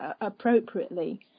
appropriately